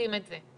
שעושים את זה.